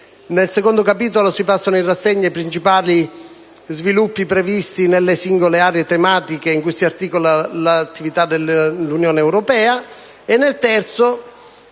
europea; il capitolo II passa in rassegna i principali sviluppi previsti nelle singole aree tematiche in cui si articola l'attività dell'Unione europea;